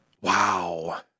wow